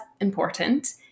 important